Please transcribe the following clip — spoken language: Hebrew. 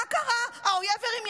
מה קרה, האויב הרים ידיים?